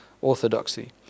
orthodoxy